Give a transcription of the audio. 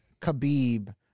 Khabib